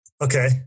Okay